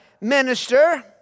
minister